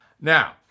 Now